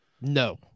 No